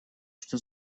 что